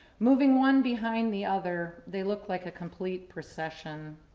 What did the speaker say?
moving one behind the other, they looked like a complete procession.